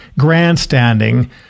grandstanding